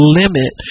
limit